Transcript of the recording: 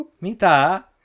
Mita